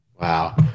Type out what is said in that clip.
Wow